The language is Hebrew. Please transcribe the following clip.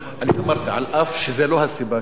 אני אמרתי, אף שזו לא הסיבה שלו.